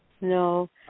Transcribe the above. no